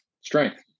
Strength